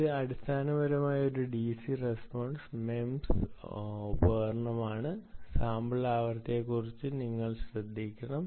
ഇത് അടിസ്ഥാനപരമായി ഒരു DC റെസ്പോൻസ് MEMS ഉപകരണമാണ് സാമ്പിൾ ആവൃത്തിയെക്കുറിച്ച് നിങ്ങൾ ശ്രദ്ധിക്കണം